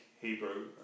Hebrew